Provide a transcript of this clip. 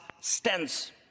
stands